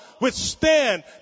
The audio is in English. withstand